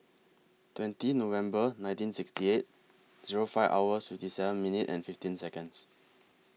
twenty November nineteen sixty eight Zero five hours fifty seven minute and fifteen Seconds